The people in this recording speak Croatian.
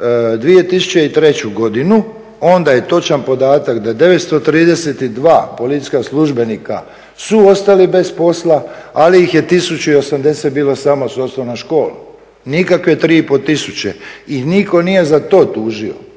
2003. godinu onda je točan podatak da 932 policijska službenika su ostali bez posla, ali ih je 1080 bilo samo s osnovnom školom. Nikakve 3500 i nitko nije za to tužio.